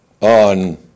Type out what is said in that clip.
on